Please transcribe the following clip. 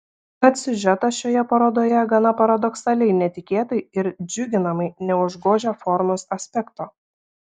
tad siužetas šioje parodoje gana paradoksaliai netikėtai ir džiuginamai neužgožia formos aspekto